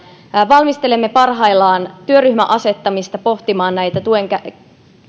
valmistelemme parhaillaan työryhmän asettamista pohtimaan näitä